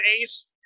ace